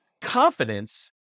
confidence